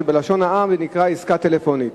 שבלשון העם היא נקראת עסקה טלפונית.